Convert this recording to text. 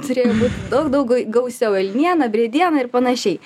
turėjo būt daug dau gausiau elniena briediena ir panašiai